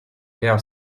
keha